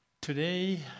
Today